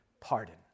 pardon